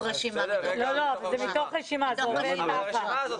לא, לא, אבל זה מתוך רשימה.